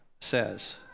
says